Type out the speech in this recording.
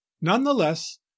Nonetheless